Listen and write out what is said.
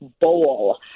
bowl